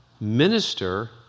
Minister